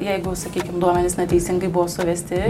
jeigu sakykim duomenys na teisingai buvo suvesti